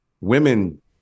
Women